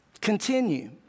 continue